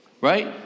right